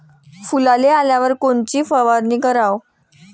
फुलाले आल्यावर कोनची फवारनी कराव?